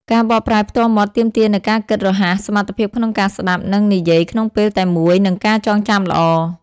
ការបកប្រែផ្ទាល់មាត់ទាមទារនូវការគិតរហ័ស សមត្ថភាពក្នុងការស្ដាប់ និងនិយាយក្នុងពេលតែមួយ និងការចងចាំល្អ។